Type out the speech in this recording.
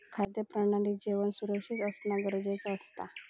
खाद्य प्रणालीत जेवण सुरक्षित असना गरजेचा असता